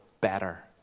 better